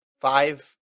Five